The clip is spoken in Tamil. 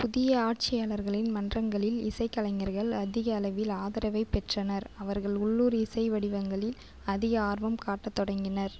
புதிய ஆட்சியாளர்களின் மன்றங்களில் இசைக்கலைஞர்கள் அதிக அளவில் ஆதரவைப் பெற்றனர் அவர்கள் உள்ளூர் இசை வடிவங்களில் அதிக ஆர்வம் காட்டத் தொடங்கினர்